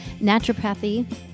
naturopathy